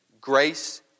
Grace